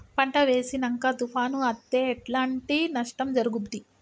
పంట వేసినంక తుఫాను అత్తే ఎట్లాంటి నష్టం జరుగుద్ది?